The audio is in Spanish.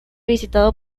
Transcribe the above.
visitado